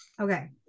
okay